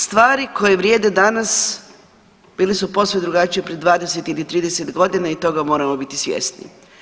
Stvari koje vrijede danas bili su posve drugačiji prije 20 ili 30 godina i toga moramo biti svjesni.